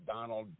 Donald